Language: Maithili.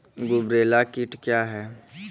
गुबरैला कीट क्या हैं?